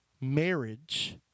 marriage